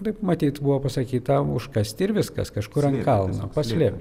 taip matyt buvo pasakyta užkasti ir viskas kažkur ant kalno paslėp